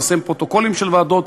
לפרסם פרוטוקולים של ועדות,